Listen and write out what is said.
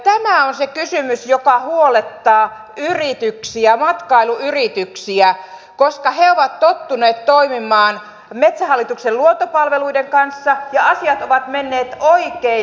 tämä on se kysymys joka huolettaa yrityksiä matkailuyrityksiä koska he ovat tottuneet toimimaan metsähallituksen luontopalveluiden kanssa ja asiat ovat menneet oikein hyvin